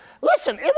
listen